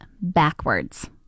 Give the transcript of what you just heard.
backwards